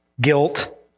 guilt